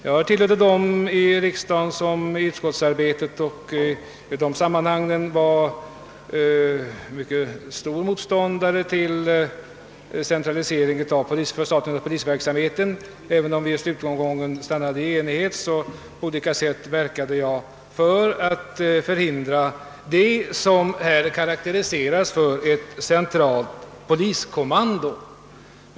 Jag tillhörde de riksdagsledamöter som i utskottsarbetet och andra sammanhang var motståndare till förslaget om ett förstatligande av polisverksamheten. Även om det i slutomgången blev enighet verkade jag på olika sätt för att förhindra vad som här karakteriserats som ett centralt poliskommando.